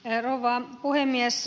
rouva puhemies